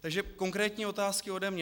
Takže konkrétní otázky ode mne.